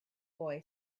boy